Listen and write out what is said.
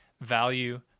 value